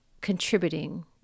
contributing